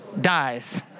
dies